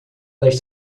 das